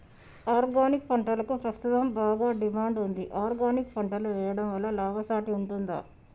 Organic పంటలకు ప్రస్తుతం బాగా డిమాండ్ ఉంది ఆర్గానిక్ పంటలు వేయడం వల్ల లాభసాటి ఉంటుందా?